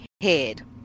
head